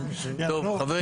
חברים,